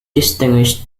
distinguished